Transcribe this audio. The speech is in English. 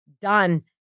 done